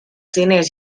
diners